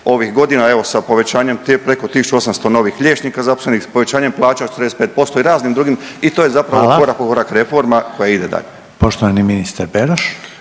ovih godina evo sa povećanjem preko 1.800 novih liječnika zaposlenih, povećanje plaća 45% i raznim drugim i to je zapravo korak …/Upadica: Hvala./… po korak reforma koja ide dalje. **Reiner, Željko